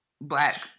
Black